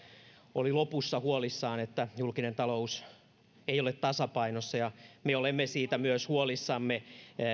oli lopussa huolissaan siitä että julkinen talous ei ole tasapainossa ja myös me olemme siitä huolissamme